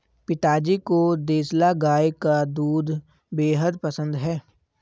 पिताजी को देसला गाय का दूध बेहद पसंद है